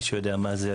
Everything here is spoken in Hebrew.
מי שיודע מה זה,